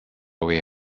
away